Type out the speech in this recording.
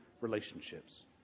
relationships